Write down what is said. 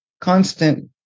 constant